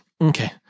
Okay